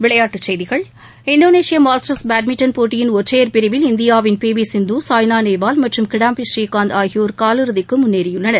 விளையாட்டுச் செய்திகள் Indonesia masters badminton போட்டியின் ஒற்றையர் பிரிவில் இந்தியாவின் பி வி சிந்து சாய்னா நேவால் மற்றும் கிடாம்பி ஸ்ரீகாந்த் ஆகியோர் கால் இறுதிக்கு முன்னேறியுள்ளனர்